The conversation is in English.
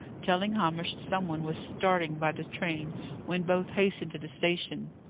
telling hamish some one was starting by the train when both hastened to the station,